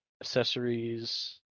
accessories